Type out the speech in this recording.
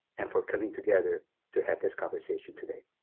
and for coming together to have this conversation today.